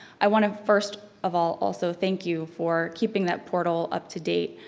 i wanna first of all also thank you for keeping that portal up to date.